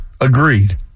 Agreed